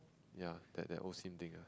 ya that O S_I_M thing